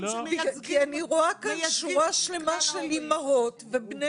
----- כי אני רואה כאן שורה שלמה של אימהות ובני